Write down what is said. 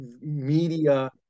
media